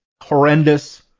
horrendous